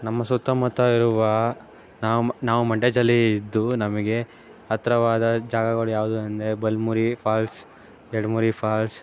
ನಮ್ಮ ಸುತ್ತಮುತ್ತ ಇರುವ ನಾವು ನಾವು ಮಂಡ್ಯದಲ್ಲಿ ಇದ್ದು ನಮಗೆ ಹತ್ತಿರವಾದ ಜಾಗಗಳು ಯಾವ್ದು ಅಂದ್ರೆ ಬಲಮುರಿ ಫಾಲ್ಸ್ ಎಡಮುರಿ ಫಾಲ್ಸ್